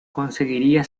conseguiría